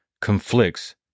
conflicts